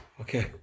Okay